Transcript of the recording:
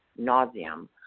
nauseum